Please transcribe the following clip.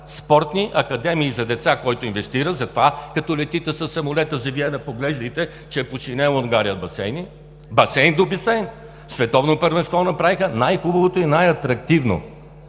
спортни академии за деца който инвестира! За това, като летите със самолета за Виена, поглеждайте, че е посиняла Унгария от басейни – басейн до басейн. Световно първенство направиха – най-хубавото и най-атрактивно